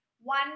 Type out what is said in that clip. one